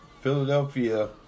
Philadelphia